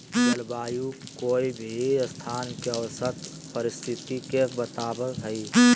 जलवायु कोय भी स्थान के औसत परिस्थिति के बताव हई